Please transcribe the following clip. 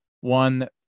one